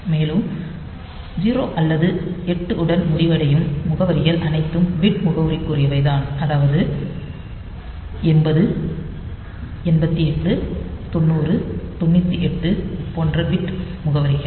மேலும் 0 அல்லது 8 உடன் முடிவடையும் முகவரிகள் அனைத்தும் பிட் முகவரிக்குரியவை தான் அதாவது 80 88 90 98 போன்ற பிட் முகவரிகள்